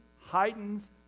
heightens